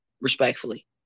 Respectfully